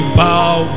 bow